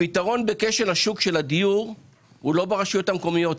הפתרון בכשל השוק של הדיור הוא לא ברשויות המקומיות.